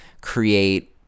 create